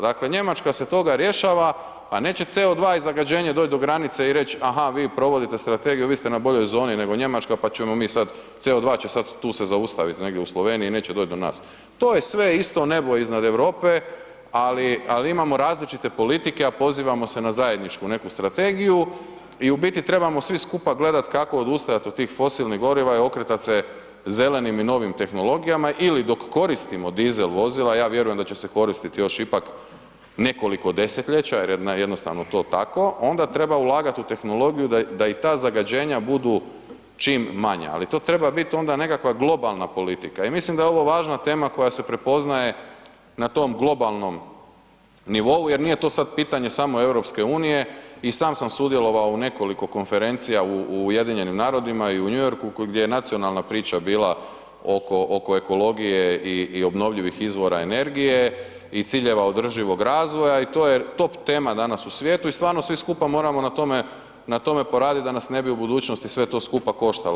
Dakle, Njemačka se toga rješava, a neće CO2 i zagađenje doć do granice i reć aha vi provodite strategiju, vi ste na boljoj zoni nego Njemačka, pa ćemo mi sad, CO2 će sad tu se zaustavit, negdje u Sloveniji, neće doć do nas, to je isto sve nebo iznad Europe, ali, ali imamo različite politike, a pozivamo se na zajedničku neku strategiju i u biti trebamo svi skupa gledat kako odustajat od tih fosilnih goriva i okretat se zelenim i novim tehnologijama ili dok koristimo dizel vozila, ja vjerujem da će se koristit još ipak nekoliko desetljeća jer je jednostavno to tako onda treba ulagat u tehnologiju da i ta zagađenja budu čim manja, ali to treba bit onda nekakva globalna politika i mislim da je ovo važna tema koja se prepoznaje na tom globalnom nivou jer nije to sad pitanje samo EU i sam sam sudjelovao u nekoliko konferencija u u UN-u i u New Yorku gdje je nacionalna priča bila oko, oko ekologije i, i obnovljivih izvora energije i ciljeva održivog razvoja i to je top tema danas u svijetu i stvarno svi skupa moramo na tome, na tome poradit da nas ne bi u budućnosti sve to skupa koštalo.